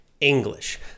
English